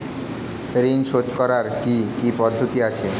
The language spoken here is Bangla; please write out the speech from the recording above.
ঋন শোধ করার কি কি পদ্ধতি আছে?